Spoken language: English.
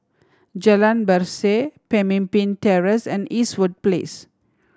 Jalan Berseh Pemimpin Terrace and Eastwood Place